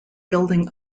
building